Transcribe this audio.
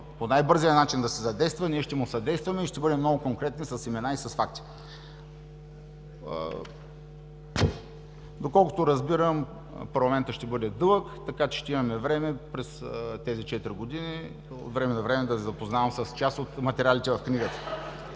по най-бързия начин да се задейства, ние ще му съдействаме и ще бъдем много конкретни с имена и с факти. Доколкото разбирам парламентът ще бъде дълъг, така че ще имаме време през тези четири години от време на време да Ви запознавам с част от материалите в книгата.